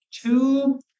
two